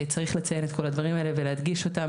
צריך לציין את כל הדברים האלה ולהדגיש אותם,